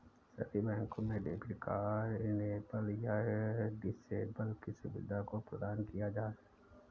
सभी बैंकों में डेबिट कार्ड इनेबल या डिसेबल की सुविधा को प्रदान किया जाता है